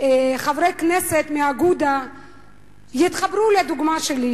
וחברי הכנסת מאגודה יתחברו לדוגמה שלי,